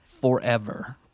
forever